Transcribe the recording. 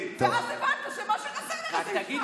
ואז הבנת שמה שחסר לך זה,